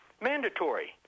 mandatory